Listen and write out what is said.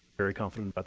very confident but